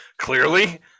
clearly